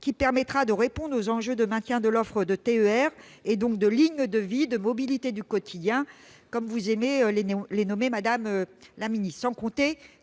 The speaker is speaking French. permettant de répondre aux enjeux de maintien de l'offre de TER, donc de lignes de vie, de mobilité du quotidien, comme vous aimez les appeler, madame la ministre.